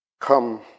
Come